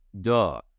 Duh